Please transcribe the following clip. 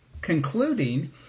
concluding